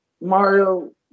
Mario